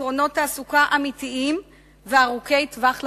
פתרונות תעסוקה אמיתיים וארוכי טווח למשתתפים.